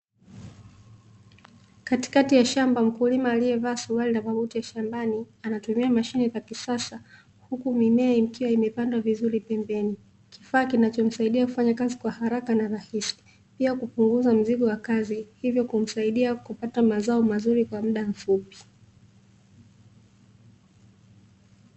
Katikati ya shamba, mkulima aliyevaa suruali na mabuti ya shambani, anatumia mashine za kisasa, huku mimea ikiwa imepandwa vizuri pembeni. Kifaa kinachomsaidia kufanya kazi kwa haraka na rahisi, pia kupunguza mzigo wa kazi, hivyo kumsaidia kupata mazao mazuri kwa muda mfupi.